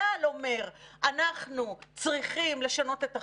צה"ל אומר: אנחנו צריכים לשנות את החוק,